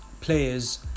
players